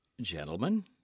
Gentlemen